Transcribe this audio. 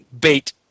bait